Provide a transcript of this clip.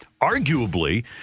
arguably